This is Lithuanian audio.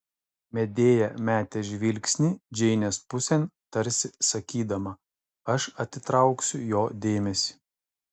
medėja metė žvilgsnį džeinės pusėn tarsi sakydama aš atitrauksiu jo dėmesį